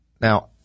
Now